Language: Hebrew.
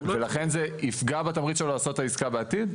ולכן, זה יפגע בתמריץ שלו לעשות את העסקה בעתיד.